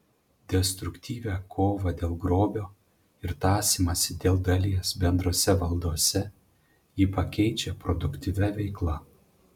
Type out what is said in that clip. destruktyvią kovą dėl grobio ir tąsymąsi dėl dalies bendrose valdose ji pakeičia produktyvia veikla